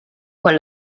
quan